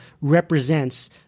represents